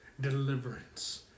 deliverance